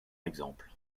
exemple